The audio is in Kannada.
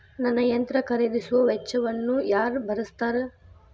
ನನ್ನ ಯಂತ್ರ ಖರೇದಿಸುವ ವೆಚ್ಚವನ್ನು ಯಾರ ಭರ್ಸತಾರ್?